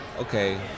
okay